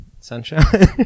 sunshine